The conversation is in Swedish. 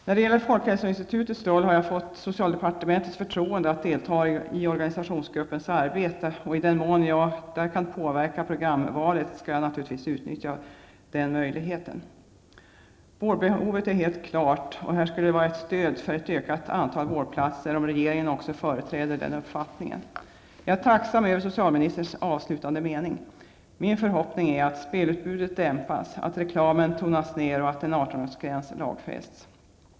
När det gäller folkhälsoinstitutets roll vill jag säga att jag har fått socialdepartementets förtroende att delta i organisationsgruppens arbete, och i den mån jag där kan påverka programvalet skall jag naturligtvis utnyttja den möjligheten. Vårdbehovet är helt klart, och det skulle vara ett stöd för ett ökat antal vårdplatser om regeringen också företrädde den uppfattningen. Jag är tacksam över den avslutande meningen i socialministerns svar. Min förhoppning är att spelutbudet dämpas, att reklamen tonas ned och att en 18-årsgräns lagfästs.